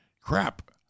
Crap